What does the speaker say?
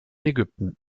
ägypten